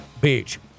Beach